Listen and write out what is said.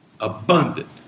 abundant